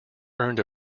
earned